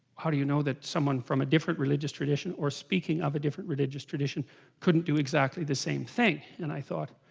how do you know that someone from a different religious tradition or speaking of a different religious tradition couldn't do exactly the same thing and i thought